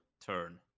turn